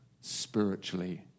spiritually